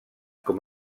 com